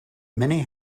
many